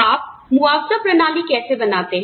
आप मुआवजा प्रणाली कैसे बनाते हैं